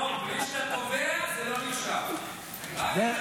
מי שצריך להתבייש זה המדינה הזו.